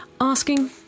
asking